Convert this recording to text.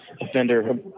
offender